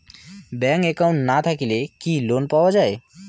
Bank account না থাকিলে কি লোন পাওয়া য়ায়?